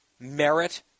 Merit